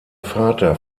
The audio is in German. vater